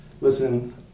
listen